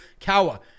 Kawa